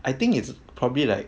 I think it's probably like